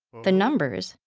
the numbers,